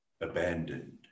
abandoned